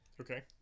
Okay